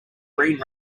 green